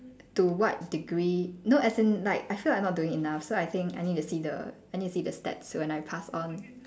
to what degree no as in like I feel like I not doing enough so I think I need to see the I need to see the stats when I pass on